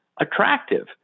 attractive